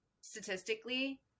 statistically